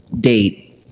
date